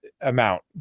amount